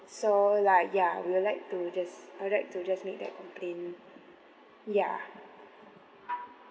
so like ya we will like to just I would like to just make that complain ya